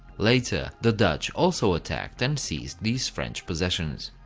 later the dutch also attacked and seized these french possessions.